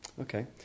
okay